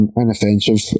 inoffensive